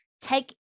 take